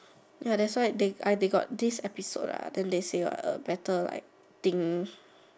ya that's why they I they got this episode lah then they say what so better like think